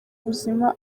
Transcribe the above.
ubuzima